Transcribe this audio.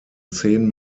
zehn